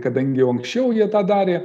kadangi jau anksčiau jie tą darė